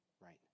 right